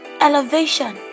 elevation